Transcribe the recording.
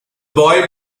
boy